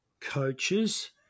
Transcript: coaches